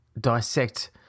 dissect